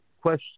question